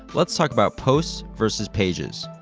let's talk about posts versus pages.